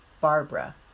Barbara